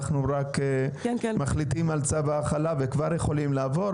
אנחנו רק מחליטים על צו ההחלה וכבר יכולים להמשיך.